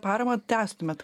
paramą tęstumėt